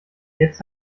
jetzt